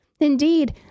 Indeed